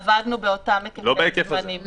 עבדנו באותם היקפי זמנים.